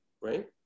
right